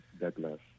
Douglas